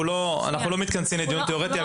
אנחנו לא נכנסים לדיון תיאורטי.